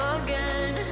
again